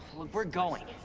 look, we're going,